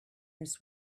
this